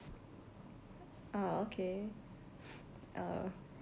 ah okay uh